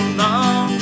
long